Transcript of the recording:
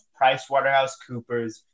PricewaterhouseCoopers